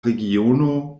regiono